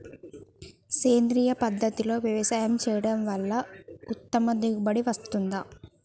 సేంద్రీయ పద్ధతుల్లో వ్యవసాయం చేయడం వల్ల ఉత్తమ దిగుబడి వస్తుందా?